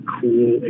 cool